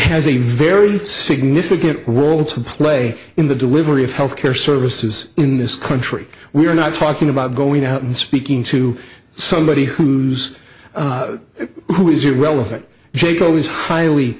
has a very significant world to play in the delivery of health care services in this country we're not talking about going out and speaking to somebody who's who is irrelevant jayco is highly